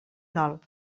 dol